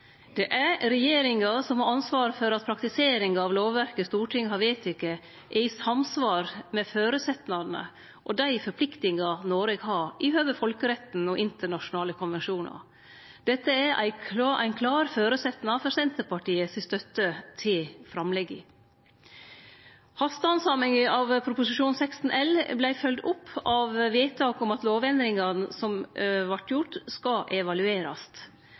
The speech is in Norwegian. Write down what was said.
Det er regjeringa som har ansvaret for at praktiseringa av lovverket Stortinget har vedteke, er i samsvar med føresetnadene og dei forpliktingane Noreg har i høve til folkeretten og internasjonale konvensjonar. Dette er ein klar føresetnad for Senterpartiet si støtte til framlegget. Hastehandsaminga av Prop. 16 L vart følgd opp av vedtak om at lovendringane som vart gjorde, skal evaluerast.